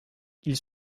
ils